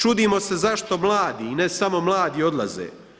Čudimo se zašto mladi i ne samo mladi odlaze.